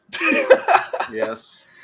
Yes